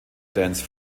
dance